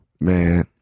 Man